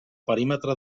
perímetre